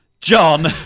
John